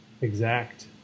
exact